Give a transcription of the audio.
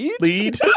lead